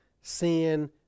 Sin